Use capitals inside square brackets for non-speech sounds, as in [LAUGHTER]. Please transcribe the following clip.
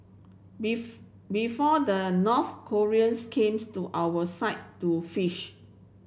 [UNINTELLIGIBLE] before the North Koreans came [UNINTELLIGIBLE] to our side to fish